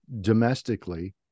domestically